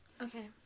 Okay